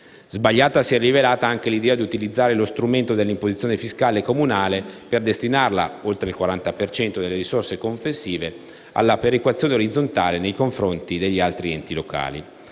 Sbagliata si è rivelata anche l'idea di utilizzare lo strumento dell'imposizione fiscale comunale per destinarla - per oltre il 40 per cento delle risorse complessive - alla perequazione orizzontale nei confronti degli altri enti locali.